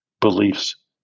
beliefs